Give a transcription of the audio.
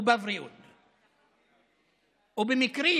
ובמקרים